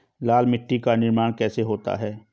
लाल मिट्टी का निर्माण कैसे होता है?